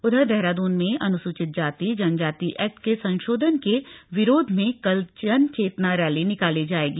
उधर देहरादून में अनुसूचित जाति जनजाति एक्ट के संशोधन के विरोध में कल जन चेतना रैली निकाली जाएगी